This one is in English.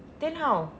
then how